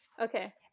Okay